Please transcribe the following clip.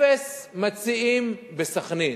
אפס מציעים בסח'נין.